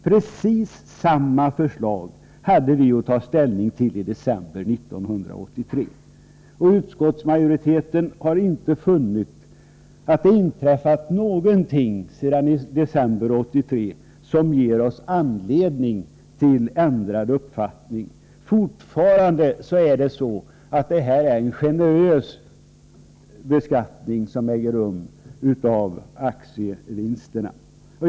Precis samma förslag hade vi att ta ställning till i december 1983. Utskottsmajoriteten har inte funnit att det inträffat någonting sedan december 1983 som ger oss anledning till ändrad uppfattning. Fortfarande är det en generös beskattning av aktievinsterna.